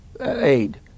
aid